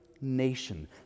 nation